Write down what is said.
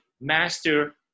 Master